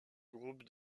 groupe